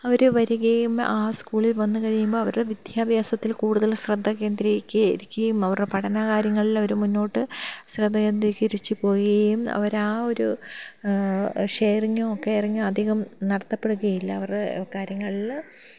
അവർ വരികയും ആ സ്കൂളിൽ വന്നു കഴിയുമ്പോൾ അവരുടെ വിദ്യാഭ്യാസത്തിൽ കൂടുതൽ ശ്രദ്ധ കേന്ദ്രീകരിക്കുകയും അവരുടെ പഠന കാര്യങ്ങളിൽ അവർ മുന്നോട്ട് ശ്രദ്ധ കേന്ദ്രീകരിച്ചു പോവുകയും അവർ ആ ഒരു ഷെയറിങ്ങോ കെയറിങ്ങോ അധികം നടത്തപ്പെടുകയില്ല അവരുടെ കാര്യങ്ങളിൽ